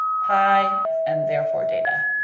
pi and therefore data.